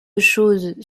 choses